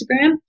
instagram